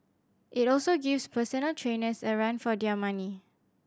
it also gives personal trainers a run for their money